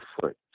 Foot